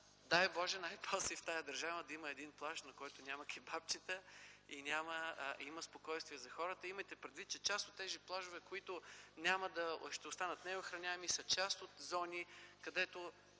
Дай Боже, най-после и в тази държава да има един плаж, на който няма кебапчета и има спокойствие за хората. Имайте предвид, че част от тези плажове, които ще останат неохраняеми, са част от зони, където